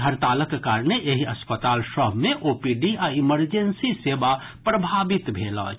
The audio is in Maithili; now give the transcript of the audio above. हड़तालक कारणे एहि अस्पताल सभ मे ओपीडी आ इमरजेंसी सेवा प्रभावित भेल अछि